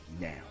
now